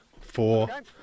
four